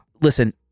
listen